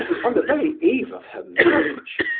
on the very eve of her marriage?